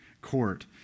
court